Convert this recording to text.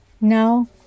No